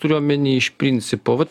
turiu omeny iš principo va